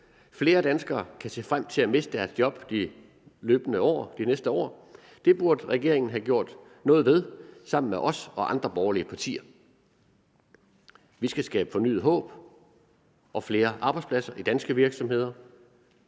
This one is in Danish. Flere danskere kan se frem til at miste deres job de næste år. Det burde regeringen have gjort noget ved sammen med os og andre borgerlige partier. Vi skal skabe fornyet håb og flere arbejdspladser i danske virksomheder,